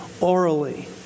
orally